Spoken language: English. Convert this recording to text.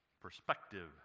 perspective